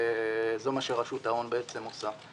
זה מה שרשות ההון בעצם עושה.